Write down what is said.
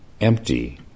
empty